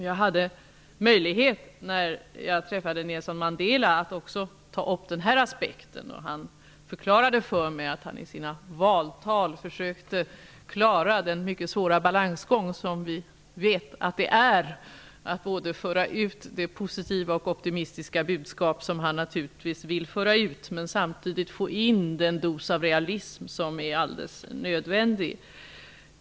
Jag hade när jag träffade Nelson Mandela möjlighet att ta upp också denna aspekt, och han förklarade för mig att han i sina valtal försökte klara den mycket svåra balansgången mellan det positiva och optimistiska budskap som han naturligtvis vill föra ut och den dos av realism som är nödvändig.